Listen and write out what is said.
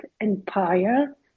empire